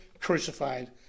crucified